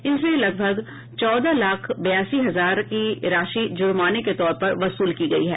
इनसे लगभग चौदह लाख बयासी हजार की राशि जुर्माने के तौर पर वसूल की गयी है